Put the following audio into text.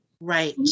Right